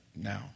now